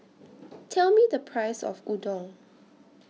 Tell Me The Price of Udon